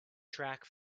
track